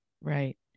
Right